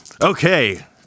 Okay